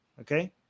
Okay